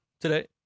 today